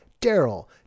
Daryl